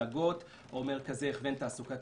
אלו לא מלגות או מרכזי הכוון תעסוקתי,